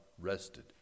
rested